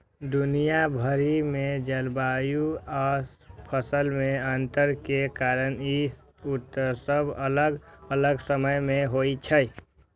दुनिया भरि मे जलवायु आ फसल मे अंतर के कारण ई उत्सव अलग अलग समय मे होइ छै